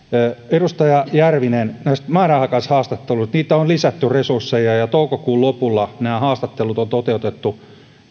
edustaja järviselle näistä määräaikaishaastatteluista niihin on lisätty resursseja ja toukokuun lopulla nämä haastattelut on toteutettu